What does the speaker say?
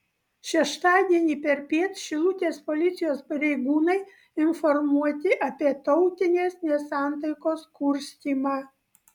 šeštadienį perpiet šilutės policijos pareigūnai informuoti apie tautinės nesantaikos kurstymą